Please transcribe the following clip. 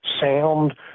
sound